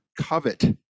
covet